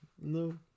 no